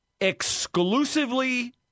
exclusively